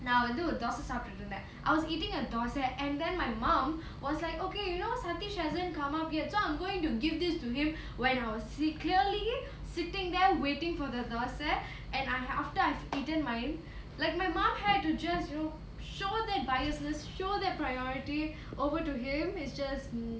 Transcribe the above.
நா வந்து ஒரு தோசை சாப்டிட்டு இருந்தேன:naa vandhu oru dosai saaptittu irundhen I was eating a thosai and then my mom was like okay you know sathish hasn't come up yet so I'm going to give this to him when I see him clearly sitting there waiting for the thosai and I after I've eaten mine like my mom had to just you know show that biasness show that priority over to him is just